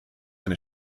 eine